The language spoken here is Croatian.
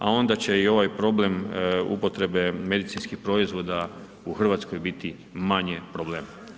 A onda će i ovaj problem upotrebe medicinskih proizvoda u Hrvatskoj biti manji problem.